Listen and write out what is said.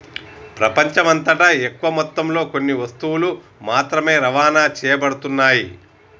ప్రపంచమంతటా ఎక్కువ మొత్తంలో కొన్ని వస్తువులు మాత్రమే రవాణా చేయబడుతున్నాయి